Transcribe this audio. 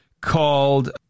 called